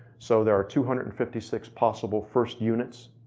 so there are two hundred and fifty six possible first units.